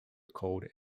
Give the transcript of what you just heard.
called